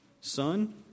son